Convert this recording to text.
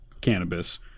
cannabis